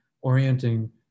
Orienting